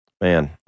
Man